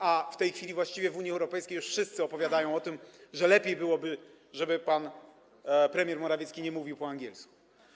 A w tej chwili właściwie w Unii Europejskiej już wszyscy opowiadają o tym, że lepiej byłoby, żeby pan premier Morawiecki nie mówił po angielsku.